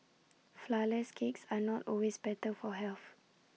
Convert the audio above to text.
Flourless Cakes are not always better for health